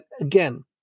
again